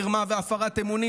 מרמה והפרת אמונים,